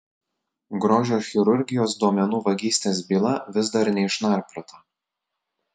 grožio chirurgijos duomenų vagystės byla vis dar neišnarpliota